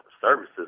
services